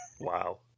Wow